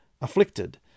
afflicted